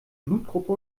blutgruppe